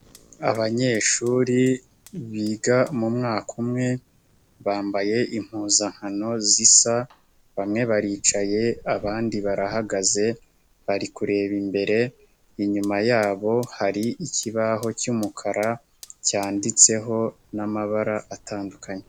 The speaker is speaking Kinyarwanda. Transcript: Abanyeshuri biga mu mwaka umwe, bambaye impuzankano zisa, bamwe baricaye abandi barahagaze bari kureba imbere, inyuma yabo hari ikibaho cy'umukara cyanditseho n'amabara atandukanye.